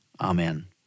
Amen